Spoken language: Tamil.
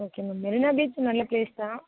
ஓகே மேம் மெரினா பீச் நல்ல பிளேஸ் தான்